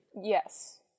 Yes